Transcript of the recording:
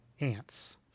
ants